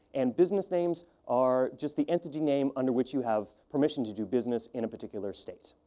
and business names are just the entity name under which you have permission to do business in a particular state.